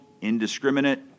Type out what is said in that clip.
indiscriminate